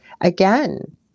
Again